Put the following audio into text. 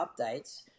updates